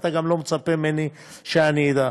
אתה גם לא מצפה ממני שאני אדע,